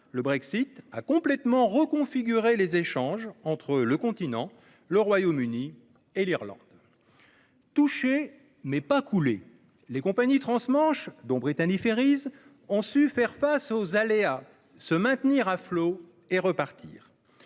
le Brexit a complètement reconfiguré les échanges entre le continent, le Royaume-Uni et l'Irlande. Touchées mais pas coulées, les compagnies transmanche, dont Brittany Ferries, ont su faire face aux aléas, se maintenir à flot et repartir.